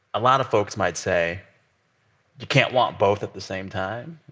a lot of folks might say you can't want both at the same time.